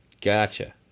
Gotcha